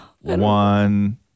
one